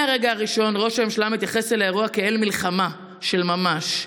מהרגע הראשון ראש הממשלה מתייחס אל האירוע כאל מלחמה של ממש.